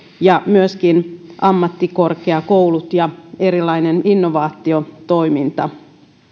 ja myöskin ammattikorkeakoulut ja erilainen innovaatiotoiminta